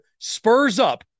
SPURSUP